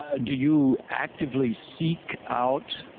ah do you actively seek out